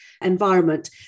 environment